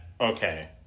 Okay